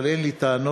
אבל אין לי טענות.